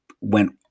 went